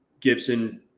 Gibson